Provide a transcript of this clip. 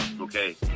Okay